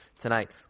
tonight